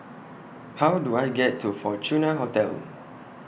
How Do I get to Fortuna Hotel